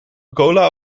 cola